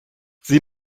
sie